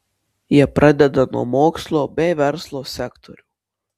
jie pradeda nuo mokslo bei verslo sektorių